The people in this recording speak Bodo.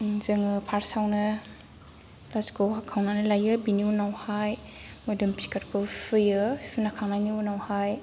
जोङो फार्स्टआवनो गासिखौबो हाखावनानै लायो बेनि उनावहाय मोदोम फिगारखौ सुयो सुखांनायनि उनावहाय